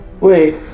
Wait